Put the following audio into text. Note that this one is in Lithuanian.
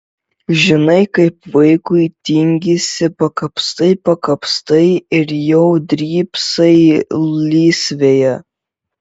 žinote kaip vaikui tingisi pakapstai pakapstai ir jau drybsai lysvėje